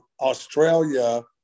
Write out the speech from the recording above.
Australia